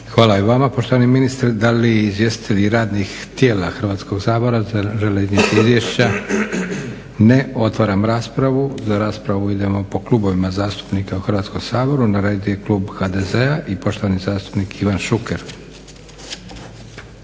Hvala i vama poštovani ministre. Da li izvjestitelji radnih tijela Hrvatskog sabora žele iznijet izvješća? Ne. Otvaram raspravu. Za raspravu idemo po klubovima zastupnika u Hrvatskom saboru. Na redu je klub HDZ-a i poštovani zastupnik Ivan Šuker.